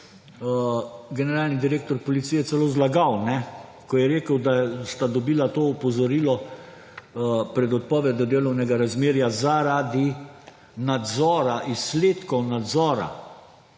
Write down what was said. generalni direktor policije celo zlagal, ko je rekel, da sta dobila to opozorilo pred odpovedjo delovnega razmerja zaradi izsledkov nadzora.